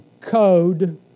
code